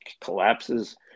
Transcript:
collapses